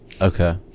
Okay